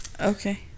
Okay